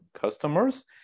customers